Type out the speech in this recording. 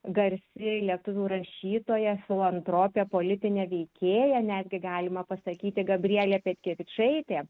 garsi lietuvių rašytoja filantropė politinė veikėja netgi galima pasakyti gabrielė petkevičaitė